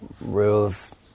rules